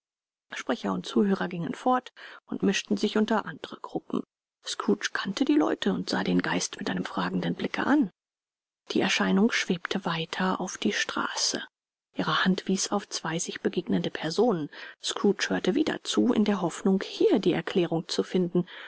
sprecher und zuhörer gingen fort und mischten sich unter andere gruppen scrooge kannte die leute und sah den geist mit einem fragenden blicke an die erscheinung schwebte weiter auf die straße ihre hand wies auf zwei sich begegnende personen scrooge hörte wieder zu in der hoffnung hier die erklärung zu finden